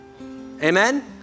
Amen